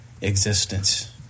existence